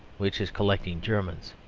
which is collecting germans.